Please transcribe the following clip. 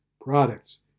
products